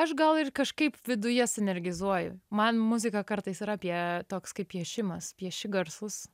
aš gal ir kažkaip viduje sinergizuoju man muzika kartais yra apie toks kaip piešimas pieši garsūs